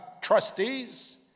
trustees